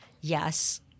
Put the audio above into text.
yes